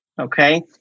Okay